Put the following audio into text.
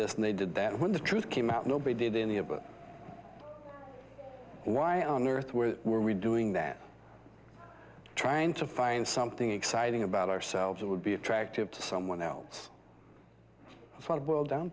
this and they did that when the truth came out nobody did in the a but why on earth where were we doing that trying to find something exciting about ourselves that would be attractive to someone else it's not boil down